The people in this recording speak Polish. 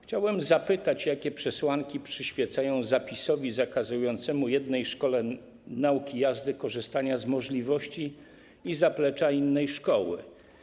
Chciałbym zapytać, jakie przesłanki przyświecają zapisowi zakazującemu jednej szkole nauki jazdy korzystania z możliwości i zaplecza innej szkoły.